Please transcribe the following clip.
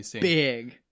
big